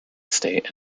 estate